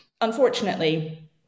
Unfortunately